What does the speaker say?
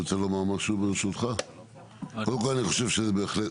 ברשותך אני רוצה לומר משהו.